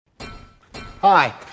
hi